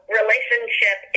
relationship